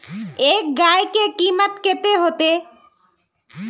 एक गाय के कीमत कते होते?